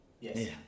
Yes